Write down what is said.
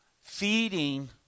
Feeding